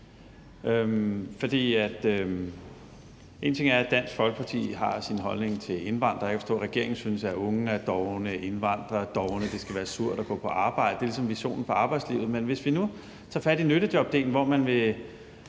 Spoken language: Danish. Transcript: en ting er, at Dansk Folkeparti har sin holdning til indvandrere, og jeg kan forstå, at regeringen synes, at unge er dovne, at indvandrere er dovne, og at det skal være surt at gå på arbejde – det er ligesom visionen for arbejdslivet – men hvis vi nu tager fat i nyttejobdelen, vil man i